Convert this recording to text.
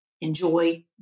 enjoy